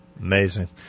Amazing